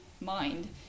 mind